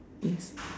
yes